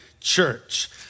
church